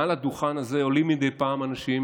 מעל הדוכן הזה עולים מדי פעם אנשים,